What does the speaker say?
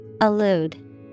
Allude